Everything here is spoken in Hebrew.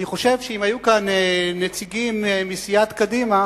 אני חושב שאם היו כאן נציגים מסיעת קדימה